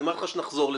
אמרתי לך שנחזור לזה,